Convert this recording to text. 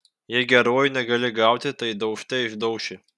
jei geruoju negali gauti tai daužte išdauši